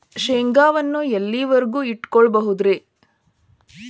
ಶೇಂಗಾವನ್ನು ಎಲ್ಲಿಯವರೆಗೂ ಇಟ್ಟು ಕೊಳ್ಳಬಹುದು ರೇ?